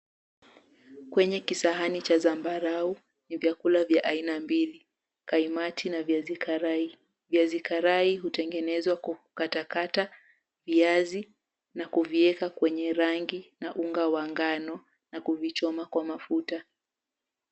Kwenye kisahani cha zambarau vyakula vya aina mbili. Kaimati na viazi karai. Viazi karai hutengenezwa kwa kukatakata viazi, na kuvieka kwenye rangi, na unga wa ngano na kuvichoma kwa mafuta.